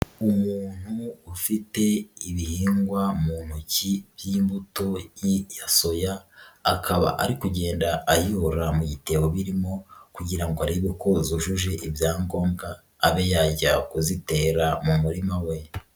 Umuntu ufite ibihingwa mu ntoki y'imbuto ya soya akaba ari kugenda ayiyobora mu bitebo birimo kugira ngo arebe ko zujuje ibyangombwa, abe yajya kuzitera mu murima we.